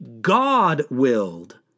God-willed